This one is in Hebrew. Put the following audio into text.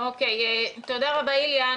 תודה רבה, איליה.